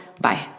Bye